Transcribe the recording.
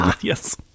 Yes